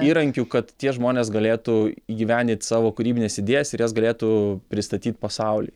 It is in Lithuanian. įrankių kad tie žmonės galėtų įgyvendint savo kūrybines idėjas ir jas galėtų pristatyt pasauliui